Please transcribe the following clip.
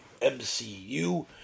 MCU